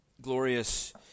Glorious